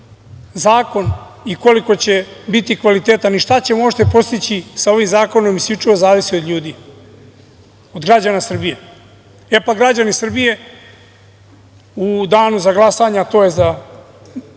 i koliko će biti kvalitetan i šta ćemo postići sa ovim zakonom isključivo zavisi od ljudi, od građana Srbije.E, pa građani Srbije, u danu za glasanje, a to je za